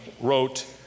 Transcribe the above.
wrote